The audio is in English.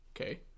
okay